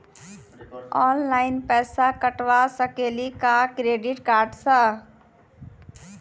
Online पैसा कटवा सकेली का क्रेडिट कार्ड सा?